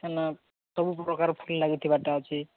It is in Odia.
ହେ ନା ସବୁପ୍ରକାର ଫୁଲ ଲାଗୁଥିବାଟା ଅଛି